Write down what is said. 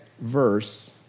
verse